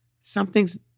something's